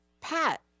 Pat